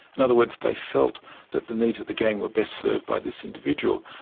in other words, they felt that the needs of the gang were best served by this individual.